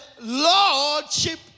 Lordship